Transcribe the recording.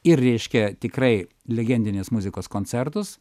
ir reiškia tikrai legendinės muzikos koncertus